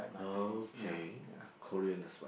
uh okay Korean as well